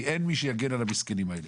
כי אין מי שיגן על המסכנים האלה.